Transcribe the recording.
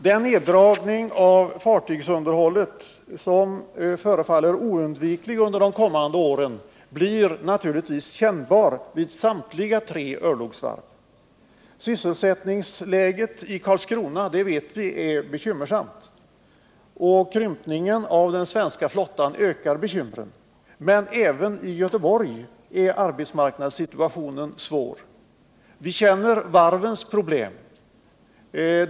Den neddragning av fartygsunderhållet under de kommande åren som förefaller oundviklig blir naturligtvis kännbar vid samtliga tre örlogsvarv. Sysselsättningsläget i Karlskrona är bekymmersamt, det vet vi, och krympningen av den svenska flottan ökar bekymren, men även i Göteborg är arbetsmarknadssituationen svår. Vi känner varvens problem.